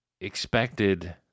expected